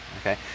okay